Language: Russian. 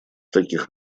таких